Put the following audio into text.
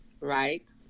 right